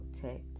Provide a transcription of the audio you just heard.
protect